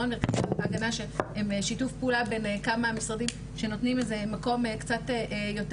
מרכזי ההגנה שהם שיתוף פעולה בין כמה משרדים שנותנים מקום קצת יותר